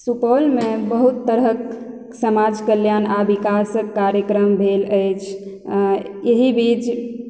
सुपौलमे बहुत तरहक समाज कल्याण आओर विकाश कार्यक्रम भेल अछि एही बीच